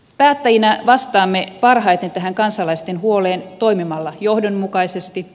päättäjinä vastaamme parhaiten tähän kansalaisten huoleen toimimalla johdonmukaisesti